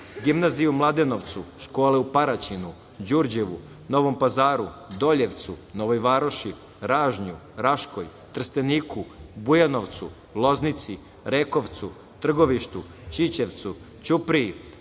gimnaziju u Mladenovcu, škole u Paraćinu, Đurđevu, Novom Pazaru, Doljevcu, Novoj Varoši, Ražnju, Raškoj, Trsteniku, Bujanovcu, Loznici, Rekovcu, Trgovištu, Ćićevcu, Ćupriji,